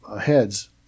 heads